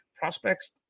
prospects